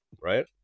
Right